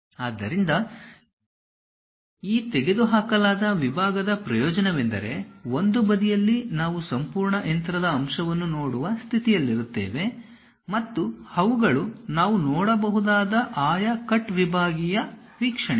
ಆದ್ದರಿಂದ ಈ ತೆಗೆದುಹಾಕಲಾದ ವಿಭಾಗದ ಪ್ರಯೋಜನವೆಂದರೆ ಒಂದು ಬದಿಯಲ್ಲಿ ನಾವು ಸಂಪೂರ್ಣ ಯಂತ್ರದ ಅಂಶವನ್ನು ನೋಡುವ ಸ್ಥಿತಿಯಲ್ಲಿರುತ್ತೇವೆ ಮತ್ತು ಅವುಗಳು ನಾವು ನೋಡಬಹುದಾದ ಆಯಾ ಕಟ್ ವಿಭಾಗೀಯ ವೀಕ್ಷಣೆಗಳು